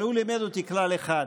הוא לימד אותי כלל אחד: